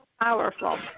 powerful